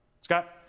scott